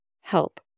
help